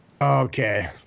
Okay